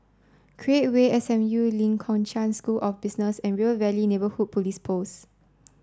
create Way S M U Lee Kong Chian School of Business and River Valley Neighbourhood Police Post